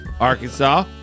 Arkansas